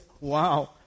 Wow